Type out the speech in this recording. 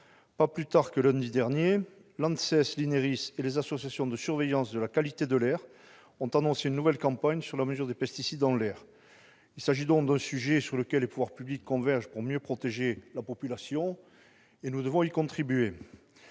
Pas plus tard que lundi dernier, l'ANSES, l'INERIS et les associations de surveillance de la qualité de l'air ont annoncé une nouvelle campagne sur la mesure des pesticides dans l'air. Il s'agit donc d'un sujet sur lequel les pouvoirs publics convergent pour mieux protéger la population, et nous devons y contribuer.